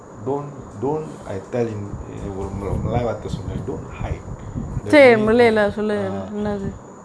don't don't I tell him err ஒரு முறை ஒரு:oru murai oru malay வார்த்த சொன்ன:vartha sonna don't hide the meaning hide err